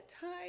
time